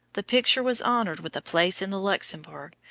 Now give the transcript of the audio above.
the picture was honored with a place in the luxembourg,